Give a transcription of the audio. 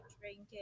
drinking